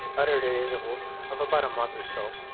uttered at intervals of about a month or so,